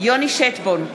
יוני שטבון,